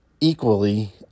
equally